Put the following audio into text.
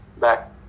back